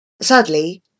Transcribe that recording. Sadly